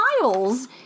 miles